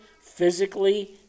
physically